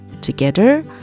Together